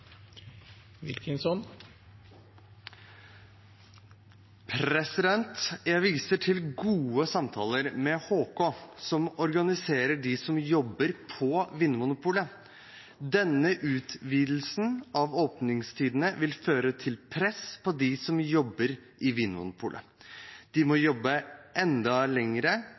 Jeg viser til gode samtaler med Handel og Kontor, som organiserer dem som jobber på Vinmonopolet. Denne utvidelsen av åpningstidene vil føre til press på dem som jobber i Vinmonopolet. De må være enda